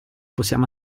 possiamo